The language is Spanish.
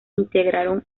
integraron